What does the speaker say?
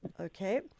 okay